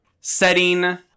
setting